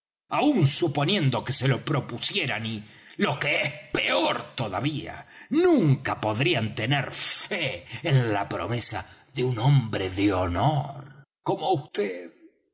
aun suponiendo que se lo propusieran y lo que es peor todavía nunca podrían tener fe en la promesa de un hombre de honor como